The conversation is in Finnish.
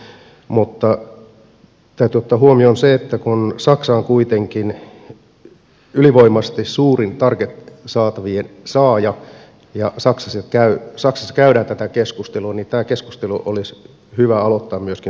mutta täytyy ottaa huomioon se että kun saksa on kuitenkin ylivoimaisesti suurin target saatavien saaja ja saksassa käydään tätä keskustelua niin tämä keskustelu olisi hyvä aloittaa myöskin suomessa